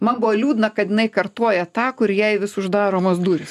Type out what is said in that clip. man buvo liūdna kad jinai kartoja tą kur jai vis uždaromos durys